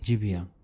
जी भैया